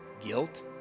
Guilt